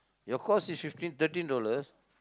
your cost is fifteen thirteen dollars